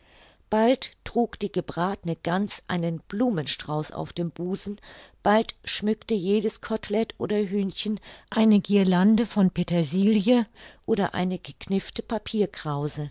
bald trug die gebratene gans einen blumenstrauß auf dem busen bald schmückte jedes kotelett oder hühnchen eine guirlande von petersilie oder eine gekniffte papierkrause